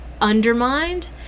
undermined